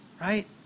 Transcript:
right